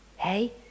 Hey